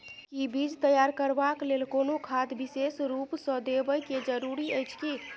कि बीज तैयार करबाक लेल कोनो खाद विशेष रूप स देबै के जरूरी अछि की?